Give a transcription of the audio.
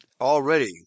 already